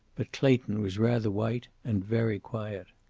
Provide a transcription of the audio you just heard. but clayton was rather white and very quiet.